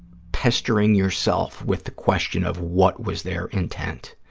pestering yourself with the question of what was their intent,